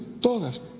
todas